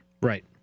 Right